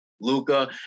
Luca